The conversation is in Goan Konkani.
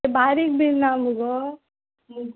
ते बारीक बीन ना मुगो